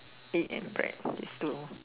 egg and bread this two